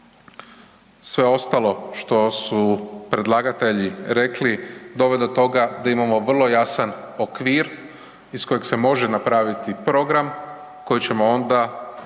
sve ostalo što su predlagatelji rekli, dovodi do toga da imamo vrlo jasan okvir iz kojeg se može napraviti program kojeg ćemo onda